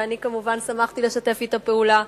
ואני כמובן שמחתי לשתף אתה פעולה.